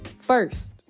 first